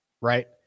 right